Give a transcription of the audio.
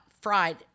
fried